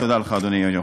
תודה לך, אדוני היושב-ראש.